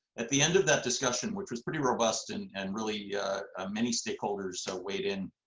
at the end of that discussion, which was pretty robust, and and really many stakeholders so weighed in